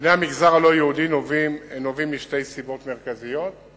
בני המגזר הלא-יהודי נובעת משתי סיבות עיקריות.